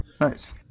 Nice